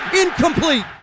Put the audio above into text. incomplete